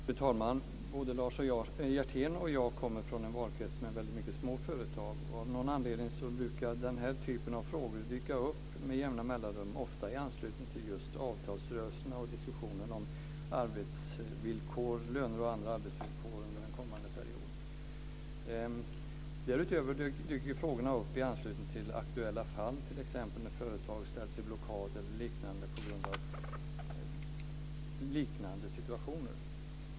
Fru talman! Både Lars Hjertén och jag kommer från en valkrets med många små företag. Av någon anledning brukar den här typen av frågor dyka upp med jämna mellanrum, ofta i anslutning till just avtalsrörelserna och diskussionerna om löner och andra arbetsvillkor under den kommande perioden. Därutöver dyker frågorna upp i anslutning till aktuella fall, t.ex. när företag ställs i blockad på grund av liknande situationer.